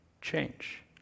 change